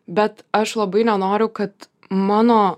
bet aš labai nenoriu kad mano